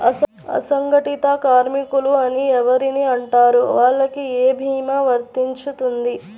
అసంగటిత కార్మికులు అని ఎవరిని అంటారు? వాళ్లకు ఏ భీమా వర్తించుతుంది?